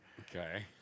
Okay